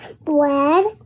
bread